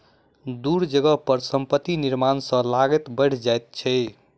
दूर जगह पर संपत्ति निर्माण सॅ लागत बैढ़ जाइ छै